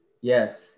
yes